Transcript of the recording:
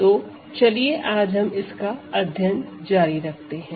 तो चलिए आज हम इसका अध्ययन जारी रखते हैं